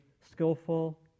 skillful